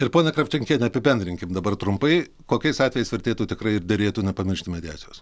ir pone kravčenkiene apibendrinkim dabar trumpai kokiais atvejais vertėtų tikrai ir derėtų nepamiršti mediacijos